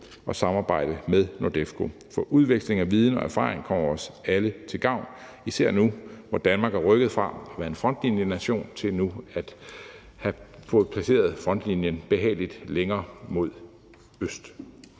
og samarbejde med NORDEFCO. For udveksling af viden og erfaring kommer os alle til gavn, især nu, hvor Danmark er rykket fra at være en frontlinjenation til nu at have fået placeret frontlinjen behageligt længere mod øst.